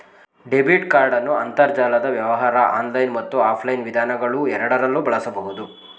debit ಕಾರ್ಡನ್ನು ಅಂತರ್ಜಾಲದ ವ್ಯವಹಾರ ಆನ್ಲೈನ್ ಮತ್ತು ಆಫ್ಲೈನ್ ವಿಧಾನಗಳುಎರಡರಲ್ಲೂ ಬಳಸಬಹುದು